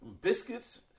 Biscuits